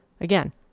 Again